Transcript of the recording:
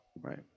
right